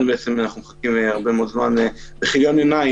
אנחנו מחכים הרבה מאוד זמן ובכיליון עיניים,